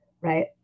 right